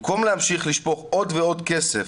במקום להמשיך לשפוך עוד ועוד כסף